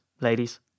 ladies